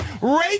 Rape